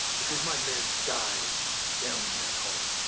cause my men died down in that hole.